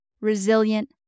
resilient